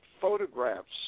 photographs